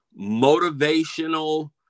motivational